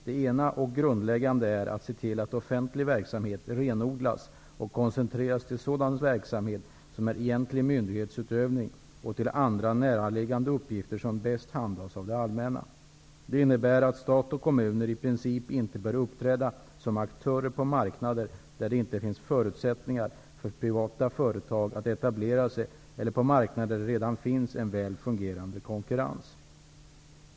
Det ena och grundläggande är att se till att offentlig verksamhet renodlas och koncentreras till sådan verksamhet som är egentlig myndighetsutövning och till andra närliggande uppgifter som bäst handhas av det allmänna. Det innebär att stat och kommuner i princip inte bör uppträda som aktörer på marknader där det inte finns förutsättningar för privata företag att etablera sig eller på marknader där det redan finns en väl fungerande konkurrens.